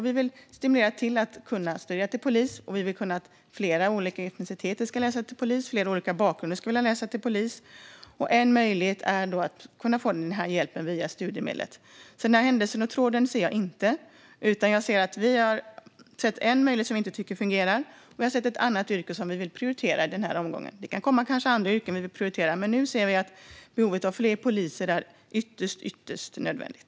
Vi vill stimulera till att studera till polis. Vi vill att människor med olika etniciteter och olika bakgrunder ska vilja läsa till polis. En möjlighet är då att få den här hjälpen via studiemedlet. Den röda tråd som Mats Berglund nämner ser jag inte. Vi har sett en åtgärd som vi inte tycker fungerar, och vi har sett ett yrke som vi vill prioritera i den här omgången. Det kan kanske komma andra yrken att prioritera, men nu ser vi att behovet av fler poliser är ytterst stort.